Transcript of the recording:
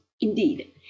indeed